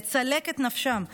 לצלק את נפשם,